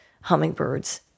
hummingbirds